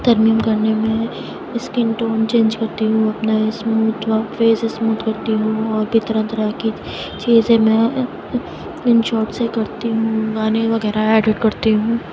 ترمیم کرنے میں اسکین ٹون چینج کرتی ہوں نئے اسموتھ و فیس اسموتھ کرتی ہوں اور بھی طرح طرح کی چیزیں میں ان شاٹ سے کرتی ہوں گانے وغیرہ ایڈٹ کرتی ہوں